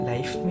Life